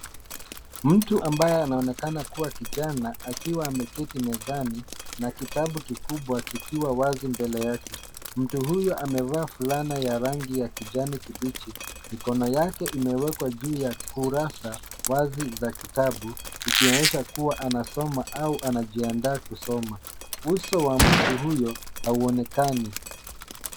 Mtu ambaye anaonekana kuwa kijana akiwa ameketi mezani na kitabu kikubwa kikiwa wazi mbele yake. Mtu huyo amaevaa fulana ya rangi ya kijani kibichi. Mikono yake imewekwa juu ya kurasa wazi za kitabu; ikionyesha kuwa anasoma au anajiandaa kusoma. Uso wa mtu huyo hauonekani.